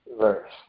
verse